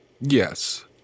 Yes